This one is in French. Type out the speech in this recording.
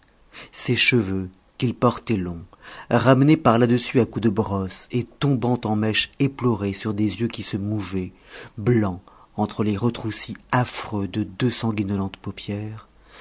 ses cheveux qu'il portait longs ramenés par là-dessus à coups de brosse et tombant en mèches éplorées sur des yeux qui se mouvaient blancs entre les retroussis affreux de deux sanguinolentes paupières